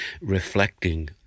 reflecting